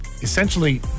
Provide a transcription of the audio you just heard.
essentially